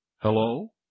Hello